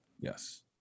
Yes